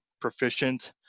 proficient